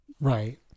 Right